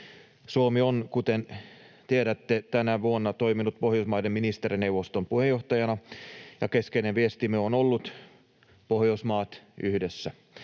Suomi on, kuten tiedätte, tänä vuonna toiminut Pohjoismaiden ministerineuvoston puheenjohtajana, ja keskeinen viestimme on ollut ”Pohjoismaat, yhdessä”.